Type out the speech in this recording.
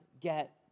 get